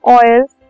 oils